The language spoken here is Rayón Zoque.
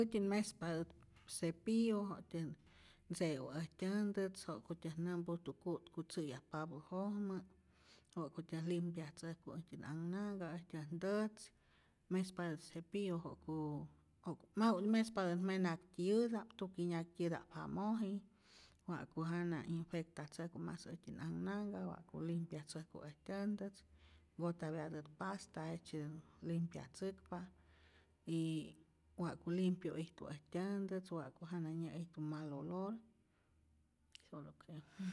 Äjtyän mespatät cepillo wa'tyän ntzeu äjtyä ntätz, ja'kutyä nämpujtu ku'tku tzä'yajpapä jojmä, ja'kutyän limpyatzäjku äntyänh anhnanhka, äjtyän ntätz, mespatät cepillo jo'ku jo'k, mespatät menaktyiyäta'p, tukänyaktyiyäta'p jamoji, ja'ku jana infectatzäjku mas äjtyän anhnanhka wa'ku limpyatzäjku äjtyä ntätz, nkojtapyatät pasta jejtyetät limpyatzäkpa, y wa'ku limpyu ijtu äjtyän ntätz, wa'ku jana nya'ijtu mal olor. solo creo.